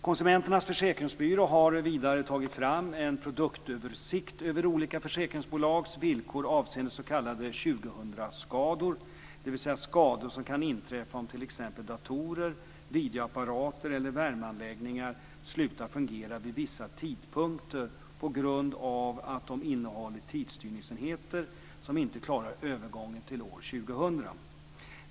Konsumenternas Försäkringsbyrå har vidare tagit fram en produktöversikt över olika försäkringsbolags villkor avseende s.k. 2000-skador, dvs. skador som kan inträffa om t.ex. datorer, videoapparater eller värmeanläggningar slutar att fungera vid vissa tidpunkter på grund av att de innehåller tidstyrningsenheter som inte klarar av övergången till år 2000.